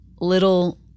little